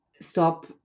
stop